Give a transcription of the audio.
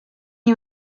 you